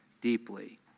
deeply